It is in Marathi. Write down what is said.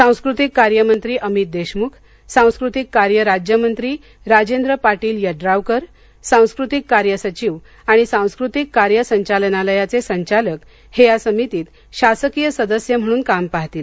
सांस्कृतिक कार्य मंत्री अमित देशमुख सांस्कृतिक कार्य राज्यमंत्री राजेंद्र पाटील यड़ावकर सांस्कृतिक कार्य सचिव आणि सांस्कृतिक कार्य संचालनालयाचे संचालक हे या समितीत शासकीय सदस्य म्हणून काम पाहतील